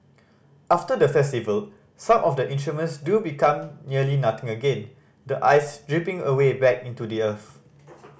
after the festival some of the instruments do become nearly nothing again the ice dripping away back into the earth